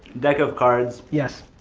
deck of cards. yes.